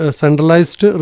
centralized